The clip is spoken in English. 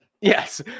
Yes